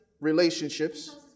relationships